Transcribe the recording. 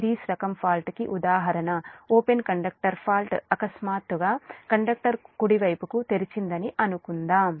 series రకం fault కి ఉదాహరణ ఓపెన్ కండక్టర్ ఫాల్ట్ అకస్మాత్తుగా కండక్టర్ కుడివైపు తెరిచిందని అనుకుందాం